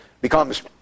becomes